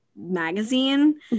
magazine